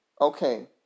okay